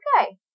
okay